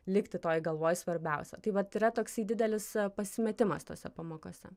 likti toj galvoj svarbiausio tai vat yra toksai didelis pasimetimas tose pamokose